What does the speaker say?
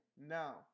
now